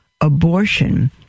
Abortion